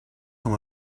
com